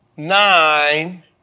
Nine